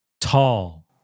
tall